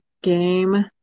game